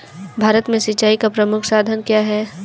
भारत में सिंचाई का प्रमुख साधन क्या है?